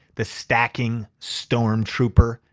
the stacking storm trooper,